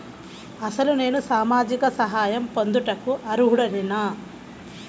అసలు నేను సామాజిక సహాయం పొందుటకు అర్హుడనేన?